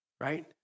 right